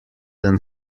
than